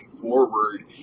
forward